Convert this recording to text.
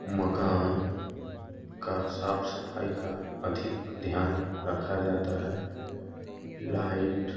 मकान का साफ सफाई का अधिक ध्यान रखा जाता है लाइट